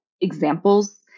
examples